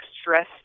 stress